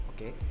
okay